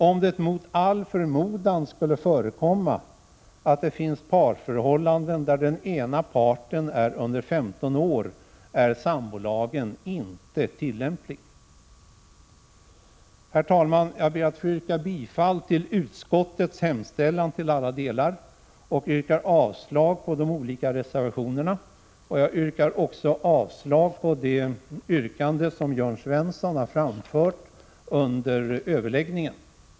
Om det mot all förmodan skulle förekomma att det finns parförhållanden där den ena parten är under 15 år är sambolagen inte tillämplig. Herr talman! Jag ber att få yrka bifall till utskottets hemställan i alla delar och avslag på reservationerna. Jag yrkar även avslag på det yrkande Jörn Svensson har framfört under överläggningen.